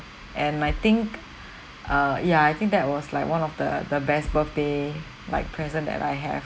and I think uh ya I think that was like one of the the best birthday like present that I have